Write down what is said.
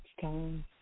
time